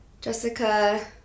Jessica